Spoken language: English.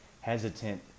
hesitant